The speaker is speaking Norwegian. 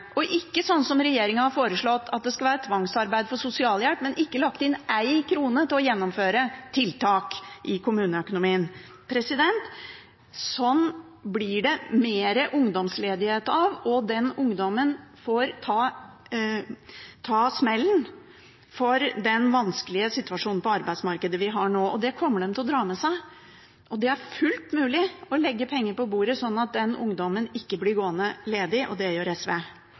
Ikke sånn som regjeringen har foreslått, at det skal være tvangsarbeid for sosialhjelp, men hvor de ikke har lagt inn én krone til å gjennomføre tiltak i kommuneøkonomien. Sånt blir det mer ungdomsledighet av. Den ungdommen får ta smellen for den vanskelige situasjonen på arbeidsmarkedet vi har nå, og det kommer de til å dra med seg. Det er fullt mulig å legge penger på bordet sånn at den ungdommen ikke blir gående ledig, og det gjør SV.